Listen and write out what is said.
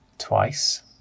twice